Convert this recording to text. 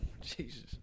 Jesus